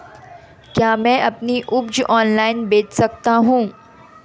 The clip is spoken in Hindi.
क्या मैं अपनी उपज ऑनलाइन बेच सकता हूँ?